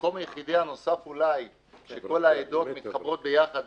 המקום היחיד הנוסף שכל העדות מתחברות ביחד,